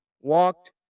walked